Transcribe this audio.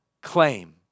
claim